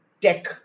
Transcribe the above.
tech